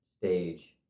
stage